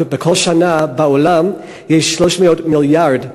בכל שנה בעולם יש 300 מיליארד,